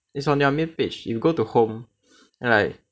it's on their main page you go to home and like